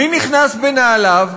מי נכנס בנעליו?